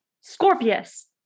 Scorpius